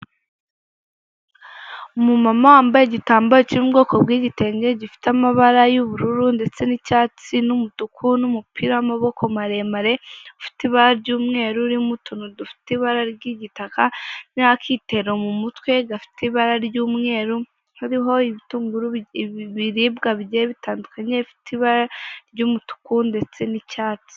umu mama wambaye igitambaro kiri mu bwoko bw'igitenge, gifite amabara y'ubururu ndetse n'icyatsi n'umutuku n'umupira w'amaboko maremare, ufite ibara ry'umweru urimo utuntu dufite ibara ry'igitaka, n'akitero mu mutwe gafite ibara ry'umweru hariho ibitunguru biribwa bigiye bitandukanye bifite ibara ry'umutuku ndetse n'icyatsi.